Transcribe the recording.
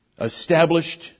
established